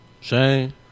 Shane